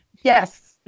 Yes